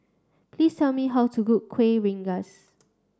please tell me how to cook Kuih Rengas